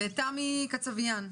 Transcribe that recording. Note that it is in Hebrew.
תמי קצביאן,